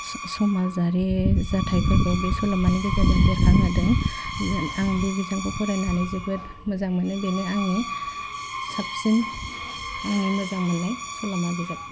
स' समाजारि जाथाइफोरखौ बे सल'मानि गेजेरजों बेरखांहोदों आं बे बिजाबखौ फरायनानै जोबोद मोजां मोनो बेनो आंनि साबसिन आंनि मोजां मोननाय सल'मा बिजाब